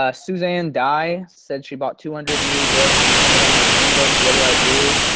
ah suzanne dye said she bought two hundred new books and some of them are penny books, what do i do